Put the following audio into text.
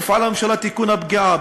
תפעל הממשלה לתיקון הפגיעה,